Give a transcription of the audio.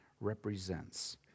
represents